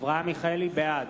בעד